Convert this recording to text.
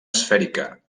esfèrica